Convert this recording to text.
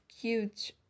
cute